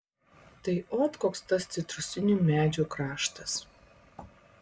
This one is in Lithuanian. tai ot koks tas citrusinių medžių kraštas